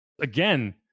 again